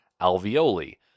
alveoli